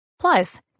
Plus